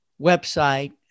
website